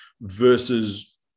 versus